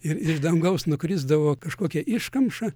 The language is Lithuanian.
ir iš dangaus nukrisdavo kažkokia iškamša